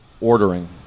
ordering